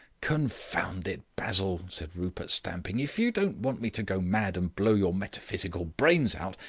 confound it, basil, said rupert, stamping. if you don't want me to go mad and blow your metaphysical brains out,